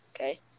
okay